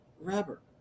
rubber